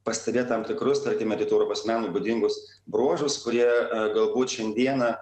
pastebėt tam tikrus tarkime rytų europos menui būdingus bruožus kurie galbūt šiandieną